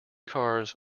cars